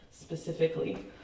specifically